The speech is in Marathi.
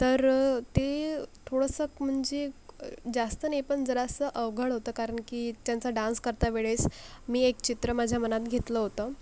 तर ते थोडंसं म्हणजे जास्त नाही पण जरासं अवघड होतं कारण की त्यांचा डान्स करत्या वेळेस मी एक चित्र माझ्या मनात घेतलं होतं